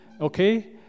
okay